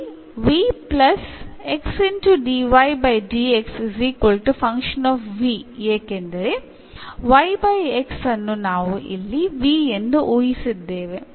ಇಲ್ಲಿ ಏಕೆಂದರೆ ಅನ್ನು ನಾವು ಇಲ್ಲಿ v ಎಂದು ಊಹಿಸಿದ್ದೇವೆ